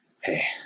hey